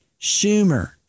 Schumer